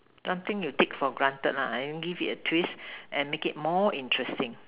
something you take for granted lah then give it a twist and make it more interesting